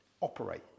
operate